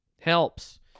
Helps